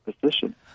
position